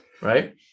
Right